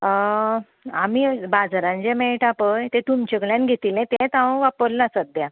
आमी बाजारान जें मेळटा पळय तें तुमचे कडल्यान घेतिल्लें तेंत वापरलां सद्याक